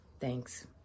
Thanks